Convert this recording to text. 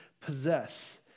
possess